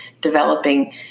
developing